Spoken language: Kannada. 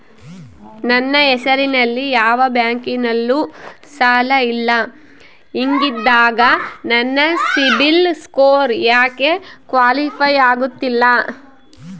ನನ್ನ ಹೆಸರಲ್ಲಿ ಯಾವ ಬ್ಯಾಂಕಿನಲ್ಲೂ ಸಾಲ ಇಲ್ಲ ಹಿಂಗಿದ್ದಾಗ ನನ್ನ ಸಿಬಿಲ್ ಸ್ಕೋರ್ ಯಾಕೆ ಕ್ವಾಲಿಫೈ ಆಗುತ್ತಿಲ್ಲ?